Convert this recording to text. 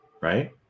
right